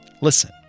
Listen